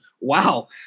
Wow